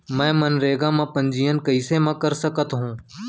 मैं मनरेगा म पंजीयन कैसे म कर सकत हो?